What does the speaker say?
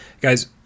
Guys